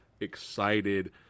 excited